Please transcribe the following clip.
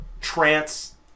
trance